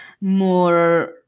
more